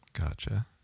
Gotcha